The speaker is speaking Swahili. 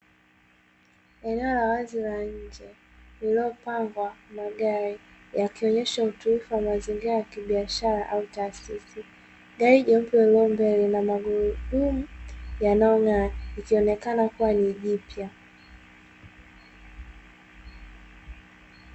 Eneo la wazi la nje lililopangwa magari yakionyesha utulivu wa mazingira ya kibiashara au taasisi. Gari jeupe lililo mbele lina magurudumu yanayong'aa ikionekena kuwa ni jipya.